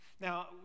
Now